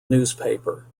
newspaper